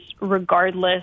regardless